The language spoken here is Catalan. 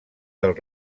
del